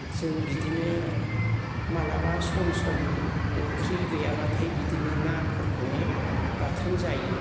जों बिदिनो माब्लाबा सम सम ओंख्रि गैयाबाथाय बिदिनो नाफोरखौनो बाथोन जायो